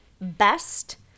best